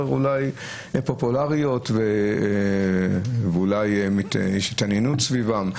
אולי פופולאריות ואולי יש התעניינות סביבן,